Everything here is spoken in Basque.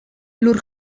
lur